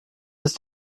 ist